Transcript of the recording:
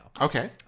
Okay